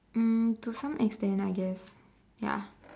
um to some extent I guess ya